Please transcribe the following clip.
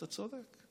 אתה צודק.